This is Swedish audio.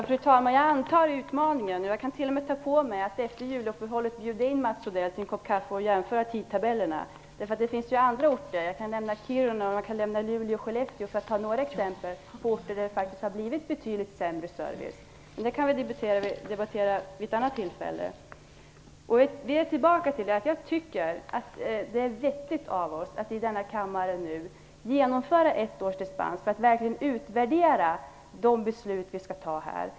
Fru talman! Jag antar utmaningen. Jag kan t.o.m. ta på mig att efter juluppehållet bjuda in Mats Odell på en kopp kaffe så att vi kan jämföra tidtabellerna. Det finns ju andra orter. Jag kan nämna Kiruna. Jag kan nämna Luleå och Skellefteå för att ta några exempel på orter där det faktiskt har blivit betydligt sämre service. Det kan vi debattera vid ett annat tillfälle. Jag tycker att det är vettigt av oss att i denna kammare besluta om ett års dispens, så att vi verkligen kan utvärdera de beslut vi skall fatta här.